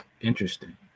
Interesting